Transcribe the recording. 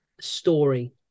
story